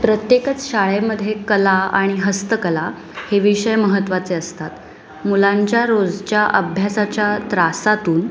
प्रत्येकच शाळेमध्ये कला आणि हस्तकला हे विषय महत्त्वाचे असतात मुलांच्या रोजच्या अभ्यासाच्या त्रासातून